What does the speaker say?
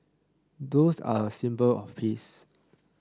doves are a symbol of peace